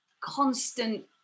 constant